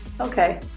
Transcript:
Okay